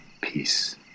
peace